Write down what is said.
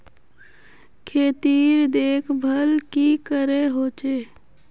खेतीर देखभल की करे होचे?